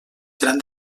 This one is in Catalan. gran